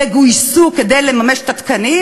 יגויסו כדי לממש את התקנים.